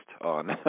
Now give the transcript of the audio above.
on